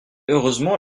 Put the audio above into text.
heureusement